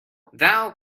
thou